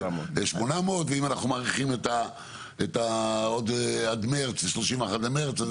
ואם אנחנו מאריכים עד 31 במרס,